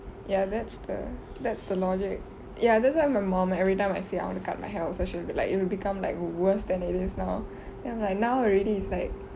ya that's the that's the logic ya that's why my mom everytime I say I want to cut my hair also she will be like it will become like worse than it is now ya like now already is like